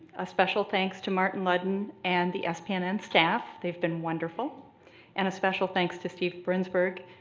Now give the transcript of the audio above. a special thanks to martin ludden and the spnn and staff. they've been wonderful and a special thanks to steve brunsberg,